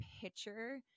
picture